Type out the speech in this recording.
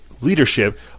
leadership